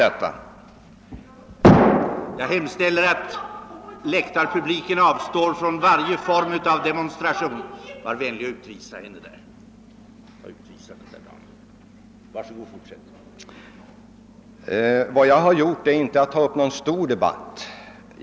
Med anledning av applåder och rop på läktaren yttrade herr förste vice talmannen: Alla meningsyttringar från läktaren är strängt förbjudna. Jag har heller inte tagit upp någon stor debatt i dag, som herr Fagerlund påstår.